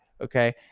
Okay